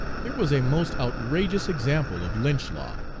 here was a most outrageous example of lynch law,